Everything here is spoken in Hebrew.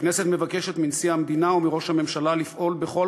הכנסת מבקשת מנשיא המדינה ומראש הממשלה לפעול בכל